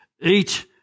eat